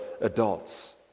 adults